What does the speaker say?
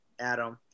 Adam